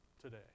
today